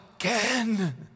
again